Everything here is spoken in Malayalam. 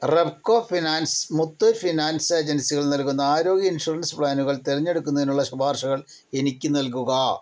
റെപ്കോ ഫിനാൻസ് മുത്തൂറ്റ് ഫിനാൻസ് ഏജൻസികൾ നൽകുന്ന ആരോഗ്യ ഇൻഷുറൻസ് പ്ലാനുകൾ തിരഞ്ഞെടുക്കുന്നതിനുള്ള ശുപാർശകൾ എനിക്ക് നൽകുക